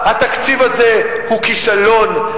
התקציב הזה הוא כישלון,